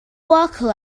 worker